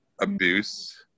abuse